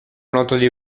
l’entendez